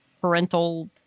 parental